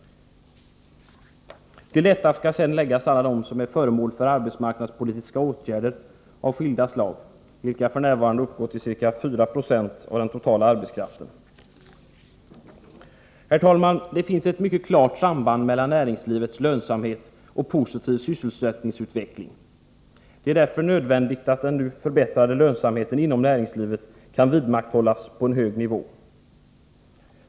Till detta skall sedan läggas alla dem som är föremål för arbetsmarknadspolitiska åtgärder av skilda slag. De uppgår f.n. till ca 4,2 Zo av den totala arbetskraften. Herr talman! Det finns ett mycket klart samband mellan näringslivets lönsamhet och positiv sysselsättningsutveckling. Därför är det nödvändigt att den nu förbättrade lönsamheten inom näringslivet kan vidmakthållas på en hög nivå.